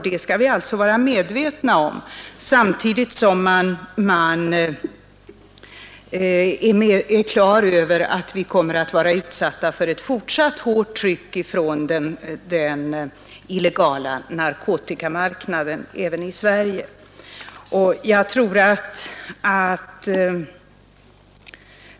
Det skall vi alltså vara medvetna om, liksom om att man är klar över att vi kommer att vara utsatta för ett fortsatt hårt tryck från den illegala narkotikamarknaden även i Sverige.